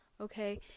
okay